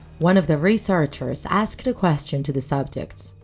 one of the researchers asked a question to the subjects.